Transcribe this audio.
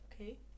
Okay